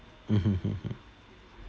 mmhmm mmhmm